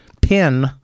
pin